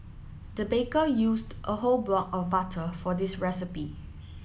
the baker used a whole block of butter for this recipe